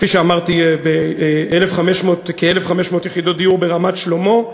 כפי שאמרתי, כ-1,500 יחידות דיור ברמת-שלמה,